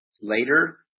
later